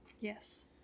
yes